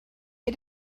ate